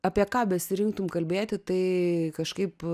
apie ką besirinktum kalbėti tai kažkaip